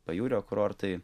pajūrio kurortai